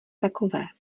takové